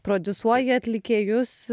prodiusuoji atlikėjus